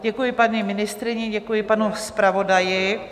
Děkuji paní ministryni, děkuji panu zpravodaji.